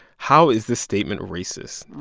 how is this statement racist?